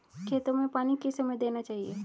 खेतों में पानी किस समय देना चाहिए?